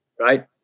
right